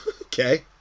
Okay